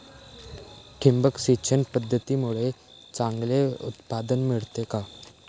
ठिबक सिंचन पद्धतीमुळे चांगले उत्पादन मिळते का?